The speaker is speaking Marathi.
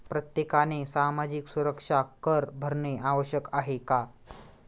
प्रत्येकाने सामाजिक सुरक्षा कर भरणे आवश्यक आहे का?